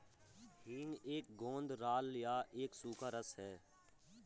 हींग एक गोंद राल या एक सूखा रस है